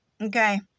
Okay